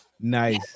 Nice